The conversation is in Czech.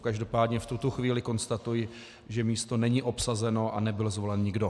Každopádně v tuto chvíli konstatuji, že místo není obsazeno a nebyl zvolen nikdo.